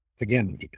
again